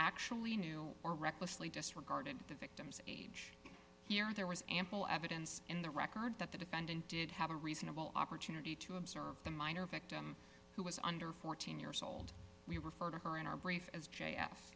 actually knew or recklessly disregarded the victim's age here there was ample evidence in the record that the defendant did have a reasonable opportunity to observe the minor victim who was under fourteen years old we refer to her in our brief as j f